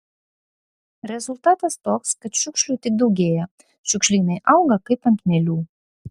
rezultatas toks kad šiukšlių tik daugėja šiukšlynai auga kaip ant mielių